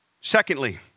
Secondly